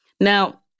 Now